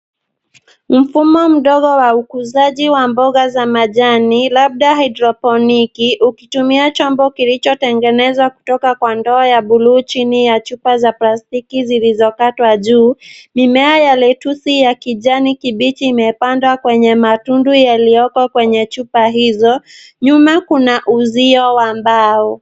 Mfumo mdogo wa ukuzaji wa mboga za majani labda hydroponiki ukitumia chombo kilichotengenezwa kutoka kwa ndoo ya buluu chini ya chupa za plastiki zilizokatwa juu. Mimea ya lettuce ya kijani kibichi imepandwa kwenye matundu yaliyoko kwenye chupa hizo. Nyuma kuna uzio wa mbao.